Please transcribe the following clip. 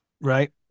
right